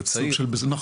אני